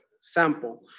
sample